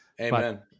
Amen